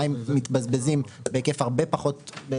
מים מתבזבזים בהיקף הרבה פחות.